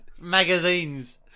Magazines